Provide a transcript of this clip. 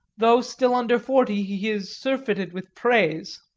though still under forty, he is surfeited with praise.